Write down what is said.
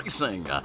Racing